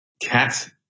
cat